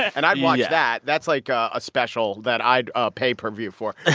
and i'd watch that. that's, like, a special that i'd ah pay-per-view for.